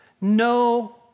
no